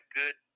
good